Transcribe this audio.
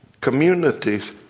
Communities